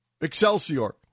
Excelsior